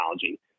technology